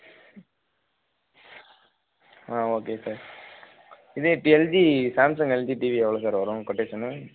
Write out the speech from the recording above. ஆ okay sir இதே இப்போ LG Samsung LG TV எவ்வளோ சார் வரும் கொட்டேஷன்னு